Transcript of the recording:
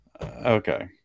Okay